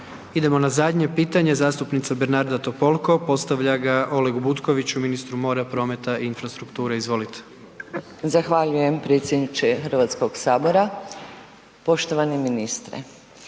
Idemo na zadnje pitanje, zastupnica Bernarda Topolko postavlja ga Olegu Butkoviću, ministru mora, prometa i infrastrukture. Izvolite. **Topolko, Bernarda (HNS)** Zahvaljujem predsjedniče Hrvatskog sabora. Poštovani ministre,